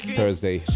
Thursday